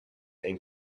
and